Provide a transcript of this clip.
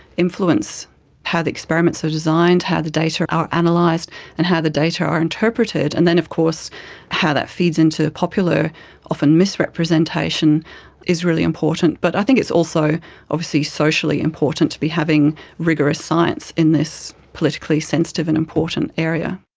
influence how the experiments are designed, how the data are analysed and and how the data are interpreted, and then of course how that feeds into popular often misrepresentation is really important. but i think it's also obviously socially important to be having rigorous science in this politically sensitive and important area.